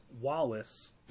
Wallace